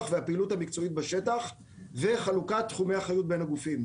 והפעילות המקצועית בשטח וחלוקת תחומי האחריות בין הגופים.